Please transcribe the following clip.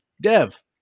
Dev